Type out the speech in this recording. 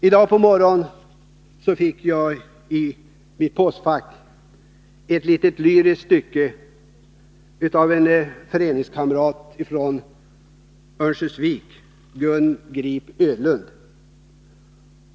I dag på morgonen fick jag i mitt postfack ett litet lyriskt stycke av en föreningskamrat från Örnsköldsvik, Gun Grip-Ödlund.